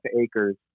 acres